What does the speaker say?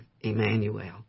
Emmanuel